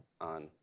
on